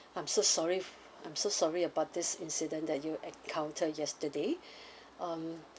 I'm so sorry I'm so sorry about this incident that you encountered yesterday um